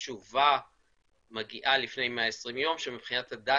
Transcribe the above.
התשובה מגיעה לפני 120 יום שמבחינת הדת